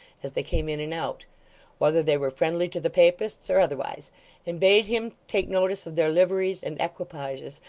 as they came in and out whether they were friendly to the papists or otherwise and bade him take notice of their liveries and equipages,